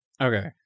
Okay